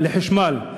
לחשמל.